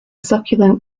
succulent